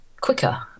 quicker